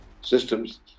systems